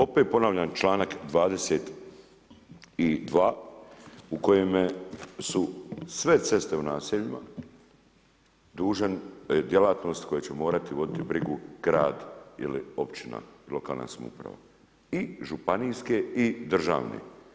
Opet ponavljam članak 22. u kojeme su sve ceste u naseljima, dužan, djelatnosti koje će morati voditi brigu grad ili općina, lokalna samouprava i županijske i državne.